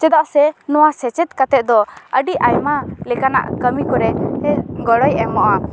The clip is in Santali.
ᱪᱮᱫᱟᱜ ᱥᱮ ᱱᱚᱣᱟ ᱥᱮᱪᱮᱫ ᱠᱟᱛᱮᱫ ᱫᱚ ᱟᱹᱰᱤ ᱟᱭᱢᱟ ᱞᱮᱠᱟᱱᱟᱜ ᱠᱟᱹᱢᱤ ᱠᱚᱨᱮ ᱜᱚᱲᱚᱭ ᱮᱢᱚᱜᱼᱟ